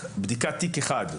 להערכתך, לוקח